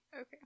Okay